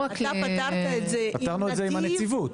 פתרנו את זה עם הנציבות.